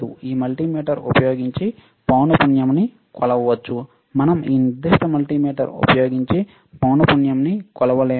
ఈ మల్టీమీటర్ ఉపయోగించి పౌనపుణ్యం ని కొలవవచ్చు మనం ఈ నిర్దిష్ట మల్టీమీటర్ ఉపయోగించి పౌనపుణ్యం ని కొలవలేము